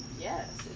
Yes